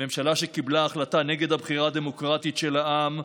ממשלה שקיבלה החלטה נגד הבחירה הדמוקרטית של העם.